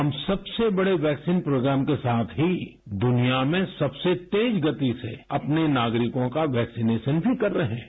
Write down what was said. हम सबसे बड़े वैक्सीन प्रोग्राम के साथ ही दूनिया में सबसे तेज गति से अपने नागरिकों का वैक्सीनेश भी कर रहे हैं